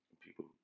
people